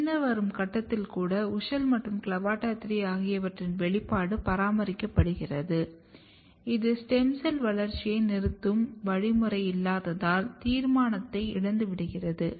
பின்னர் வரும் கட்டத்தில் கூட WUSCHEL மற்றும் CLAVATA3 ஆகியவற்றின் வெளிப்பாடு பராமரிக்கப்படுகிறது இது ஸ்டெம் செல் வளர்ச்சியை நிறுத்தும் வழிமுறை இல்லாததால் தீர்மானத்தை இழந்துவிடுகிறது